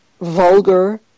vulgar